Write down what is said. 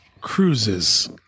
Cruises